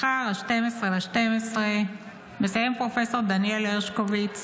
מחר, 12 בדצמבר, מסיים פרופ' דניאל הרשקוביץ